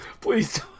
Please